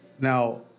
Now